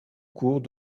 cours